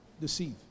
deceive